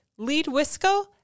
leadwisco